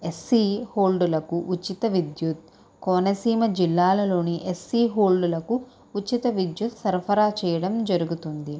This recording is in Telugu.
ఎస్సి హోల్డులకు ఉచిత విద్యుత్ కోనసీమ జిల్లాలలోని ఎస్సి హోల్డులకు ఉచిత విద్యుత్ సరఫరా చేయడం జరుగుతుంది